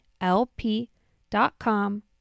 lp.com